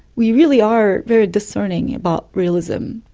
we really are very discerning about realism,